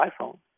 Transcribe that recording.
iPhone